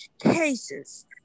cases